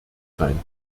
sein